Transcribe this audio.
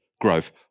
growth